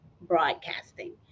broadcasting